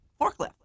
forklift